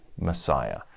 Messiah